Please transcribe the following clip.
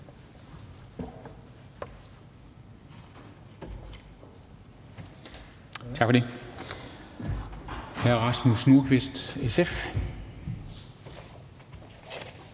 Tak for det.